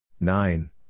Nine